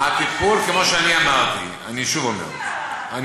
הטיפול, כמו שאני אמרתי, אני שוב אומר: